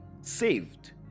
saved